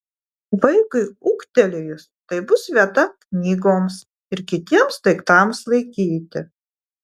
vaikui ūgtelėjus tai bus vieta knygoms ir kitiems daiktams laikyti